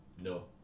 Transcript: No